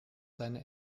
seine